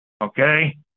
okay